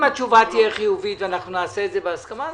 אם היא תהיה חיובית, נעשה את זה בהסכמה.